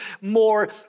more